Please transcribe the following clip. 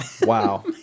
Wow